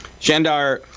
Shandar